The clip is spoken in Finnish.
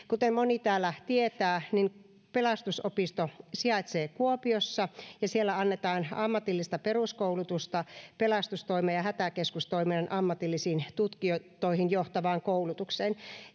kuten moni täällä tietää pelastusopisto sijaitsee kuopiossa ja siellä annetaan ammatillista peruskoulutusta pelastustoimen ja hätäkeskustoiminnan ammatillisiin tutkintoihin johtavaan koulutukseen